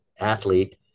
athlete